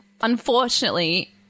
unfortunately